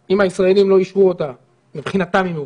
הישראלים לא אישרו אותה מבחינתם היא מאושרת,